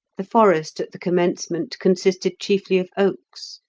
the forest at the commencement consisted chiefly of oaks,